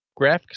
Graphics